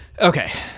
Okay